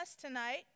tonight